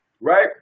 right